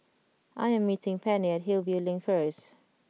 I am meeting Penni Hillview Link first